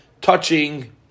touching